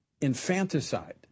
infanticide